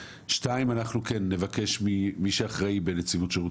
אנחנו נבקש ממי שאחראי בנציבות שירות